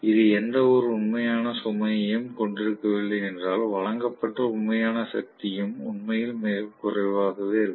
இது எந்தவொரு உண்மையான சுமையையும் கொண்டிருக்கவில்லை என்றால் வழங்கப்பட்ட உண்மையான சக்தியும் உண்மையில் மிகக் குறைவாகவே இருக்கும்